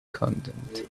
content